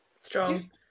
Strong